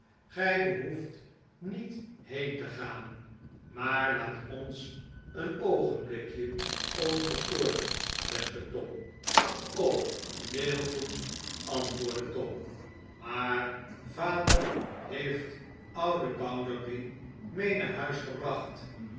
gij behoeft niet heen te gaan maar laat ohs een oogenblikje ongestoord beste tom heel goed antwoordde tom maar vader heeft ouden bounderby mee naar huis gebracht